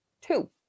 two